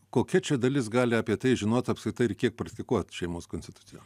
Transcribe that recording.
kokia čia dalis gali apie tai žinot apskritai ir kiek praktikuot šeimos konstituciją